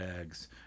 eggs